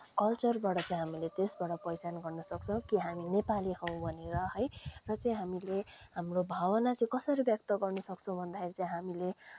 कल्चरबाट चाहिँ हामीले त्यसबाट पहिचान गर्न सक्छौँ कि हामी नेपाली हौँ भनेर है र चाहिँ हामीले हाम्रो भावना चाहिँ कसरी व्यक्त गर्न सक्छौँ चाहिँ हामीले